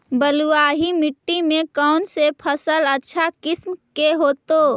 बलुआही मिट्टी में कौन से फसल अच्छा किस्म के होतै?